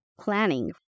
planning